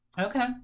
Okay